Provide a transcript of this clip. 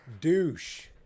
Douche